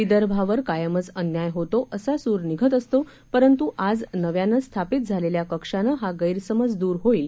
विदर्भावर कायमच अन्याय होतो असा सूर निघत असतो परंत् आज नव्याने स्थापित झालेल्या कक्षाने हा गण्यसमज द्र होईल